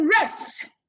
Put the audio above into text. rest